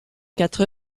quatre